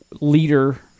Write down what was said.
leader